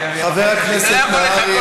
אני מודיע לך: זה אותם אנשים.